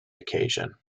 occasion